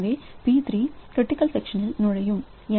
எனவே P3 critical செக்ஷனில் நுழைகிறது